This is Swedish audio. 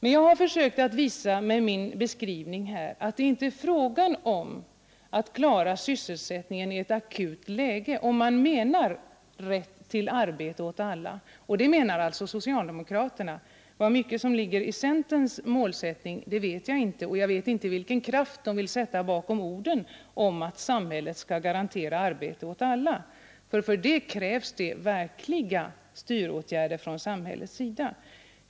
Men jag har försökt visa med min beskrivning att det inte är fråga om att klara sysselsättningen i ett akut läge om man menar något med att kräva rätt till arbete åt alla, och det menar alltså socialdemokraterna. Hur mycket som ligger i centerns målsättning vet jag inte, och jag vet inte vilken kraft centern vill sätta bakom orden om att samhället skall garantera arbete åt alla, för därtill krävs verkliga styråtgärder från samhällets sida.